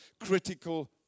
critical